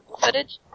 footage